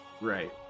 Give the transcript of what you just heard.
Right